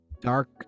dark